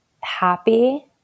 happy